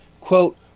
quote